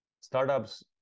startups